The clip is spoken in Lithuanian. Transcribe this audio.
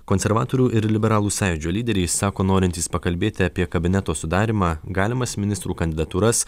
konservatorių ir liberalų sąjūdžio lyderiai sako norintys pakalbėti apie kabineto sudarymą galimas ministrų kandidatūras